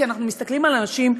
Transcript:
כי אנחנו מסתכלים על האנשים,